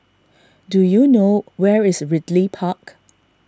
do you know where is Ridley Park